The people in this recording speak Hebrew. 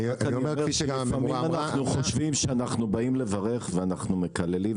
לפעמים אנחנו חושבים שאנחנו באים לברך ואנחנו מקללים,